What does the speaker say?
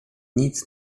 nic